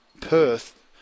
Perth